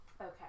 Okay